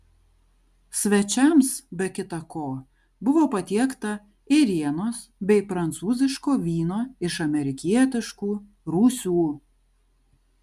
svečiams be kita ko buvo patiekta ėrienos bei prancūziško vyno iš amerikietiškų rūsių